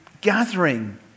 gathering